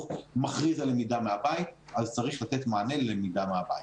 מכריז על למידה מהבית אז צריך לתת מענה ללמידה מהבית,